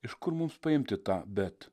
iš kur mums paimti tą bet